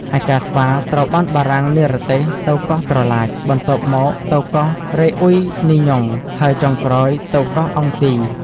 អាចារ្យស្វាត្រូវបានបារាំងនិរទេសទៅកោះត្រឡាច បន្ទាប់មកទៅកោះរេអុយនីញូង ហើយចុងក្រោយទៅកោះអង់ទី។